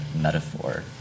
metaphor